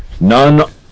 None